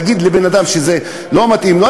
להגיד לבן-אדם שזה לא מתאים לו,